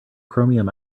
chromium